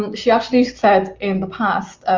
and she actually said in the past,